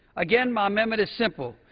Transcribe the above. again, my amendment is simple.